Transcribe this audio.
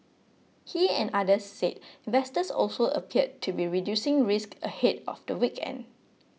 he and others said investors also appeared to be reducing risk ahead of the weekend